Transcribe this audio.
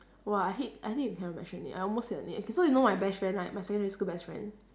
!wah! I hate I hate that I cannot mention name I almost said her name okay so you know my best friend right my secondary school best friend